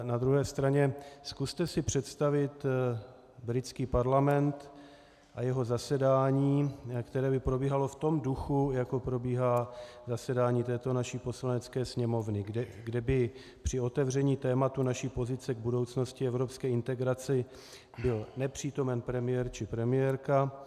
Na druhé straně, zkuste si přestavit britský parlament a jeho zasedání, které by probíhalo v tom duchu, jako probíhá zasedání této naší Poslanecké sněmovny, kde by při otevření tématu naší pozice k budoucnosti evropské integrace byl nepřítomen premiér či premiérka.